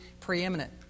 preeminent